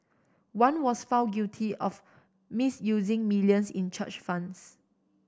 one was found guilty of misusing millions in church funds